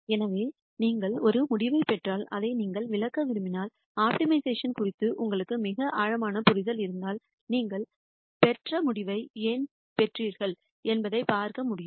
எனவே நீங்கள் ஒரு முடிவைப் பெற்றால் அதை நீங்கள் விளக்க விரும்பினால் ஆப்டிமைசேஷன் குறித்து உங்களுக்கு மிக ஆழமான புரிதல் இருந்தால் நீங்கள் பெற்ற முடிவை ஏன் பெற்றீர்கள் என்பதைப் பார்க்க முடியும்